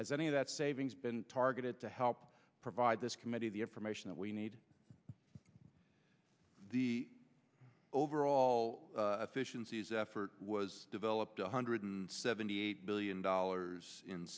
has any of that savings been targeted to help provide this committee the information that we need the overall efficiencies effort was developed a hundred and seventy eight billion dollars in